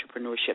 entrepreneurship